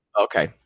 Okay